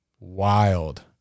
Wild